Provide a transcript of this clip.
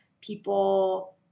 people